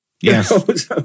Yes